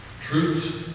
truths